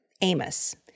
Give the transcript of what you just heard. Amos